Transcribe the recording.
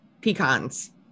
pecans